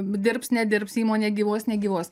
dirbs nedirbs įmonė gyvuos negyvuos